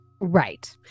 right